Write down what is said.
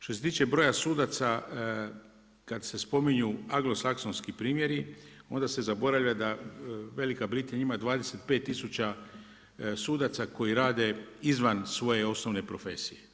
Što se tiče broja sudaca, kad se spominju anglosaksonski primjeri, onda se zaboravlja da Velika Britanija ima 25000 sudaca, koji rade izvan svoje osnovne profesije.